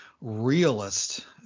realist